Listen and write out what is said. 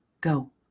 go